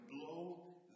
blow